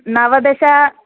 नवदश